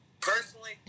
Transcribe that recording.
personally